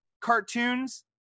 cartoons